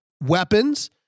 weapons